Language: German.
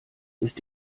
ist